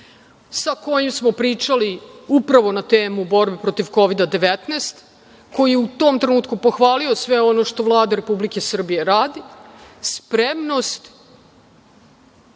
sa kojim smo pričali upravo na temu borbe protiv COVID 19, koji je u tom trenutku pohvalio sve što ono što Vlada Republike Srbije radi, spremnost